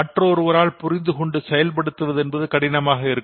மற்றொருவரால் புரிந்துகொண்டு செயல்படுத்துவது என்பது கடினமாக இருக்கும்